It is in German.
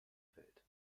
welt